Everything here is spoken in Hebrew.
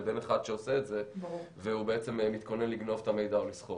לבין אחד שעושה את זה והוא בעצם מתכונן לגנוב את המידע או לסחור.